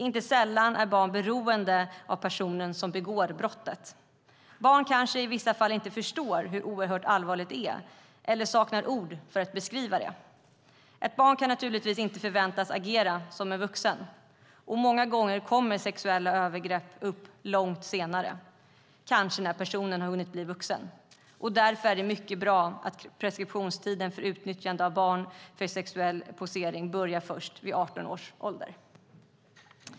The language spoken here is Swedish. Inte sällan är barn beroende av personen som begår brottet. Barn kanske i vissa fall inte förstår hur oerhört allvarligt det är eller saknar ord för att beskriva det. Ett barn kan naturligtvis inte förväntas agera som en vuxen. Många gånger kommer sexuella övergrepp fram långt senare, kanske när personen har hunnit bli vuxen. Det är därför mycket bra att preskriptionstiden för utnyttjande av barn för sexuell posering börjar först vid 18 års ålder.